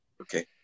okay